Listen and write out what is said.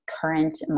current